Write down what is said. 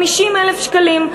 50,000 שקלים,